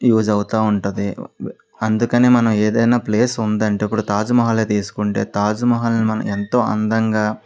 use అవుతూ ఉంటుంది అందుకని మనం ఏదైనా ప్లేస్ ఉందంటే ఇప్పుడు తాజ్మహలే తీసుకుంటే తాజ్మహల్ని మనం ఎంతో అందంగా